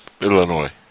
Illinois